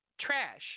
Trash